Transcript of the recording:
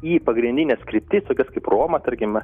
į pagrindines kryptis tokias kaip roma tarkime